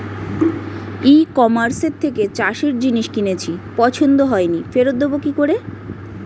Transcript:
ই কমার্সের থেকে চাষের জিনিস কিনেছি পছন্দ হয়নি ফেরত দেব কী করে?